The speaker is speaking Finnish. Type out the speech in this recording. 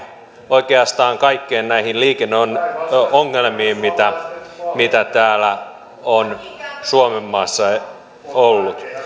oikeastaan kaikkiin näihin liikenneongelmiin mitä mitä täällä suomenmaassa on ollut